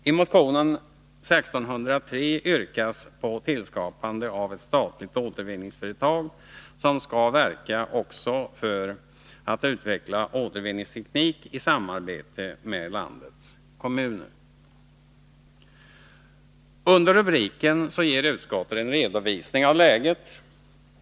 I motionen 1603 yrkas på tillskapande av ett statligt återvinningsföretag, som skall verka också för att utveckla återvinningsteknik i samarbete med landets kommuner. Under denna rubrik ger utskottet en redovisning av läget.